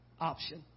option